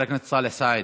חבר הכנסת סאלח סעד,